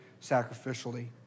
sacrificially